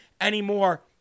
anymore